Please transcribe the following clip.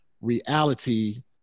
reality